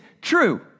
true